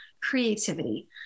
creativity